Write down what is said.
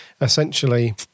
essentially